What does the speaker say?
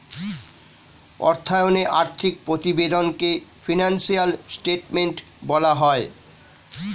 অর্থায়নে আর্থিক প্রতিবেদনকে ফিনান্সিয়াল স্টেটমেন্ট বলা হয়